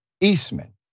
Eastman